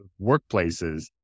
workplaces